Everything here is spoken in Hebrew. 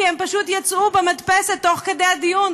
כי הם פשוט יצאו במדפסת תוך כדי דיון,